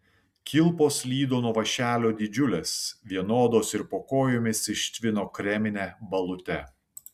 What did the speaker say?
kilpos slydo nuo vąšelio didžiulės vienodos ir po kojomis ištvino kremine balute